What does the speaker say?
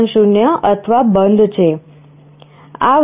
0 અથવા બંધ છે